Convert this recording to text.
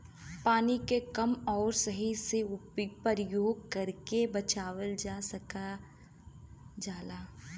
पानी के कम आउर सही से परयोग करके बचावल जा सकल जाला